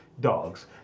Dogs